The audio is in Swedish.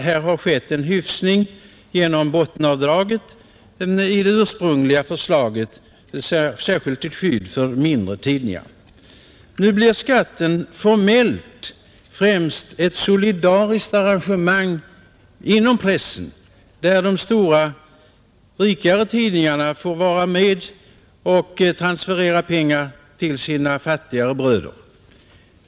Här har skett en hyfsning genom bottenavdraget på 3 miljoner i det ursprungliga förslaget, särskilt till skydd för mindre tidningar. Nu blir skatten formellt främst ett solidariskt arrangemang inom pressen, där de stora och rikare tidningarna får vara med och transferera pengar till sina fattigare bröder.